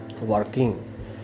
working